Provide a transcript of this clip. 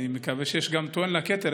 אני מקווה שיש גם טוען לכתר,